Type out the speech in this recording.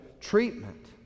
treatment